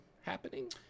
happening